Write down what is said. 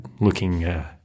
looking